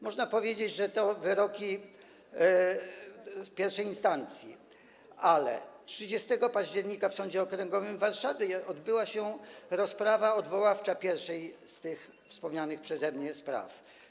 Można powiedzieć, że to wyroki I instancji, ale 30 października w Sądzie Okręgowym w Warszawie odbyła się rozprawa odwoławcza w pierwszej z tych wspomnianych przeze mnie spraw.